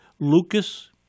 Lucas